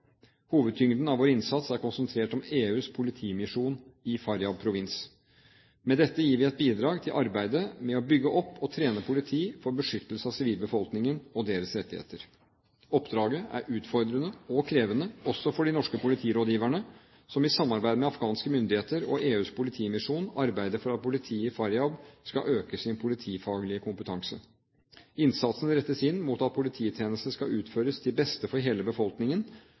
Hovedtyngden av vår innsats er konsentrert om EUs politimisjon i Faryab provins. Med dette gir vi et bidrag til arbeidet med å bygge opp og trene politi for beskyttelse av sivilbefolkningen og deres rettigheter. Oppdraget er utfordrende og krevende, også for de norske politirådgiverne, som i samarbeid med afghanske myndigheter og EUs politimisjon arbeider for at politiet i Faryab skal øke sin politifaglige kompetanse. Innsatsen rettes inn mot at polititjenestene skal utføres til beste for hele befolkningen,